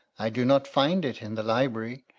i do not find it in the library.